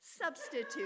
substitute